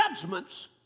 judgments